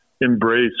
embrace